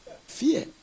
fear